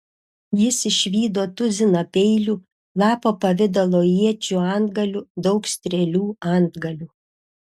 jis išvydo tuziną peilių lapo pavidalo iečių antgalių daug strėlių antgalių